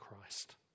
Christ